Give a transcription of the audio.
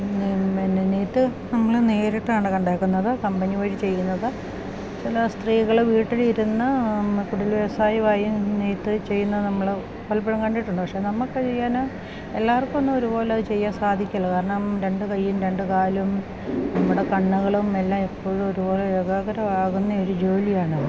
പിന്നെ നെയ്ത്ത് നമ്മൾ നേരിട്ടാണ് കണ്ടേക്കുന്നത് കമ്പനി വഴി ചെയ്യുന്നത് ചില സ്ത്രീകൾ വീട്ടിലിരുന്ന് കുടിൽ വ്യവസായി വായും നെയ്ത്ത് ചെയ്യുന്ന നമ്മൾ പലപ്പോഴും കണ്ടിട്ടുണ്ട് പക്ഷേ നമുക്ക് ചെയ്യാൻ എല്ലാവർക്കും ഒന്നും ഒരു പോലത് ചെയ്യാൻ സാധിക്കില്ല കാരണം രണ്ട് കയ്യും രണ്ട് കാലും നമ്മുടെ കണ്ണുകളും എല്ലാം എപ്പോഴും ഒരു പോലെ യോഗകരമാകുന്ന ഒരു ജോലിയാണ്